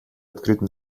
открыто